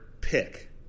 pick